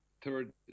third